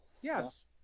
Yes